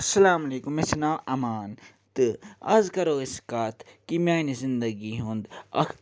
اَسلامُ علیکُم مےٚ چھِ ناو آمان تہٕ آز کَرو أسۍ کتھ کہِ میٛانہِ زنٛدگی ہُنٛد اکھ